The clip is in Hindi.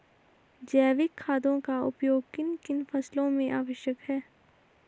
जैविक खादों का उपयोग किन किन फसलों में आवश्यक है?